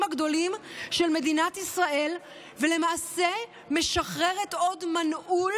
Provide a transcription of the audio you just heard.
הגדולים של מדינת ישראל ולמעשה משחררת עוד מנעול